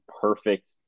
perfect